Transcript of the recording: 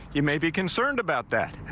you may be concerned about that.